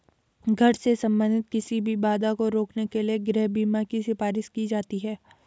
घर से संबंधित किसी भी बाधा को रोकने के लिए गृह बीमा की सिफारिश की जाती हैं